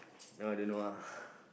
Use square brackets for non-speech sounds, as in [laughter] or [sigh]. now I don't know ah [breath]